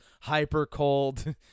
hyper-cold